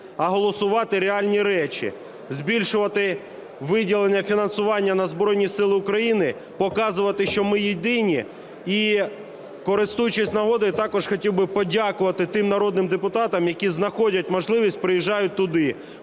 а голосувати реальні речі: збільшувати виділення фінансування на Збройні Сили України, показувати, що ми єдині. І користуючись нагодою, також хотів би подякувати тим народним депутатам, які знаходять можливість, приїжджають туди.